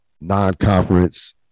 non-conference